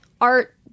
art